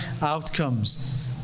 outcomes